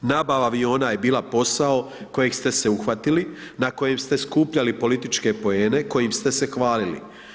Nabava aviona je bila posao kojeg ste se uhvatili, na kojem ste skupljali političke poene, kojim ste se hvalili.